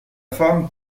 femme